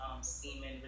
semen